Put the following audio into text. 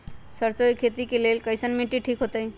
सरसों के खेती के लेल कईसन मिट्टी ठीक हो ताई?